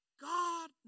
God